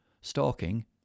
stalking